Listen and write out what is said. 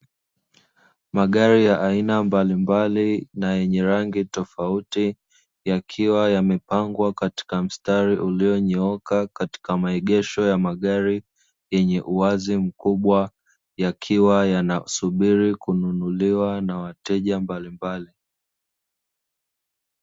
Magari ya aina mbalimbali na yenye rangi tofauti yakiwa yamepangwa katika mstari uliyonyooka katika maegesho ya magari, yenye uwazi mkubwa yakiwa yanasubiri kununuliwa na wateja mbalimbali.